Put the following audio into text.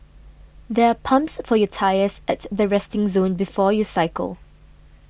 there are pumps for your tyres at the resting zone before you cycle